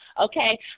okay